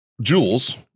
Jules